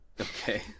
Okay